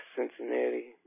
Cincinnati